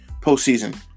postseason